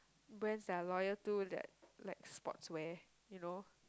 brands that are loyal to that like sportswear you know